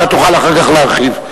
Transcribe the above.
אתה תוכל אחר כך להרחיב.